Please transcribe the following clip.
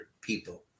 people